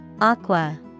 Aqua